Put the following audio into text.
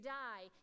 die